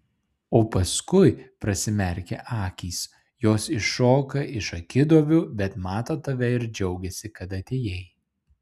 o paskui prasimerkia akys jos iššoka iš akiduobių bet mato tave ir džiaugiasi kad atėjai